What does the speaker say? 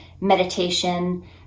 meditation